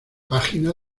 página